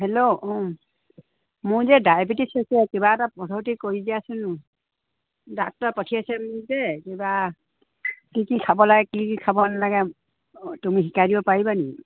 hello অঁ মোৰ যে ডায়েবেটিছ আছে কিবা এটা পদ্ধতি কৰি দিয়াচোন ডাক্তৰে পঠিয়াইছে মোক যে কিবা কি কি খাব লাগে কি কি খাব নালাগে তুমি শিকাই দিব পাৰিবা নেকি